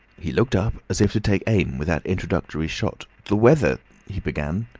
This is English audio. he looked up as if to take aim with that introductory shot. the weather he began.